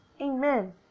amen